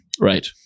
Right